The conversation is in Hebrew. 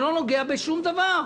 שלא נוגעת בשום דבר?